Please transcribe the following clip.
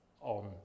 on